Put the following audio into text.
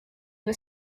was